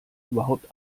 überhaupt